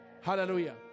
Hallelujah